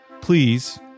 Please